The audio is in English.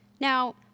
Now